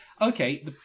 Okay